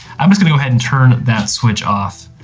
i'm just gonna go ahead and turn that switch off.